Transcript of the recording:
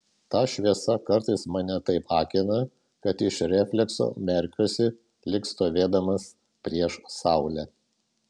ta šviesa kartais mane taip akina kad iš reflekso merkiuosi lyg stovėdamas prieš saulę